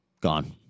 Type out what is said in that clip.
Gone